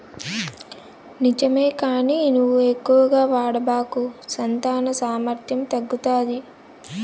నిజమే కానీ నువ్వు ఎక్కువగా వాడబాకు సంతాన సామర్థ్యం తగ్గుతాది